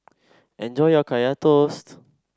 enjoy your Kaya Toast